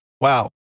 wow